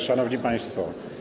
Szanowni Państwo!